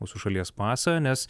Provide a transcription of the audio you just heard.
mūsų šalies pasą nes